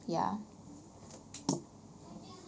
ya